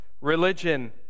religion